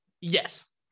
yes